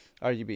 RUB